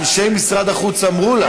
שאנשי משרד החוץ אמרו לה.